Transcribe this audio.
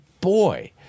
boy